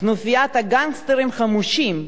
כנופיית גנגסטרים חמושים,